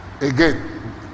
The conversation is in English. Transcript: Again